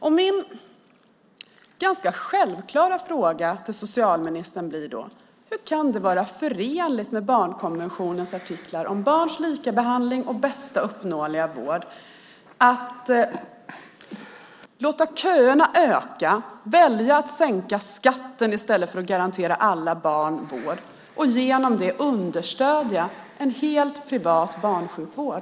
Min ganska självklara fråga till socialministern blir då: Hur kan det vara förenligt med barnkonventionens artiklar om barns likabehandling och bästa uppnåeliga vård att låta köerna öka, välja att sänka skatten i stället för att garantera alla barn vård och genom det understödja en helt privat barnsjukvård?